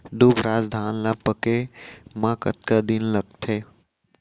दुबराज धान ला पके मा कतका दिन लगथे?